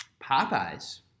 Popeye's